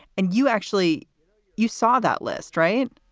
and you actually you saw that list, right?